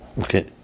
Okay